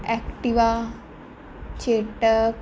Activa Chetak